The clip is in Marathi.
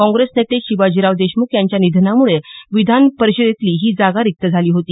काँग्रेस नेते शिवाजीराव देशमुख यांच्या निधनामुळे विधान परिषदेतली ही जागा रिक्त झाली होती